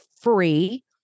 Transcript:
free